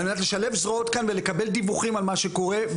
על מנת לשלב זרועות כאן ולקבל דיווחים על מה שקורה,